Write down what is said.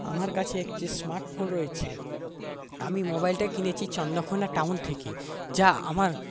আমার কাছে একটি স্মার্ট ফোন রয়েছে আমি মোবাইলটা কিনেছি চন্দ্রকোনা টাউন থেকে যা আমার